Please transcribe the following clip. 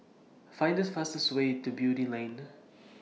Find The fastest Way to Beatty Lane